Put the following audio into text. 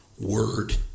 word